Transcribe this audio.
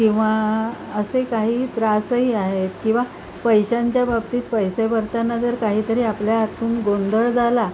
किंवा असे काही त्रासही आहेत किंवा पैशांच्या बाबतीत पैसे भरताना जर काहीतरी आपल्या हातून गोंधळ झाला